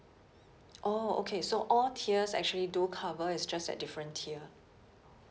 orh okay so all tiers actually do cover it's just at different tier